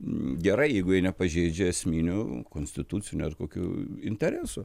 gerai jeigu jie nepažeidžia esminių konstitucinių ar kokių interesų